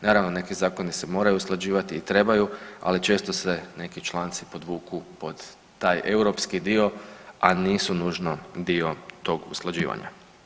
Naravno neki zakoni se moraju usklađivati i trebaju, ali često se neki članci podvuku pod taj europski dio, a nisu nužno dio tog usklađivanja.